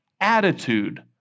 attitude